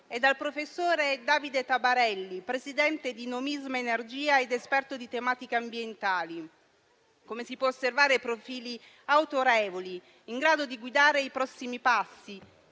e dal professore Davide Tabarelli, presidente di Nomisma energia ed esperto di tematiche ambientali. Come si può osservare, profili autorevoli in grado di guidare i prossimi passi,